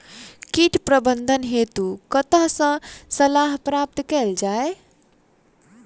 कीट प्रबंधन हेतु कतह सऽ सलाह प्राप्त कैल जाय?